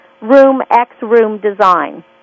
roomxroomdesign